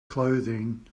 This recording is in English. clothing